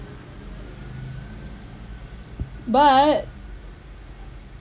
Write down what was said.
but